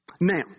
Now